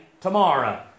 tomorrow